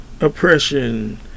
oppression